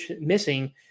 missing